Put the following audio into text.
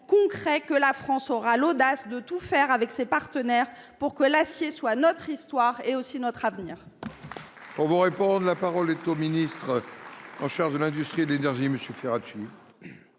concret que la France aura l'audace de tout faire avec ses partenaires pour que l'acier soit notre histoire et aussi notre avenir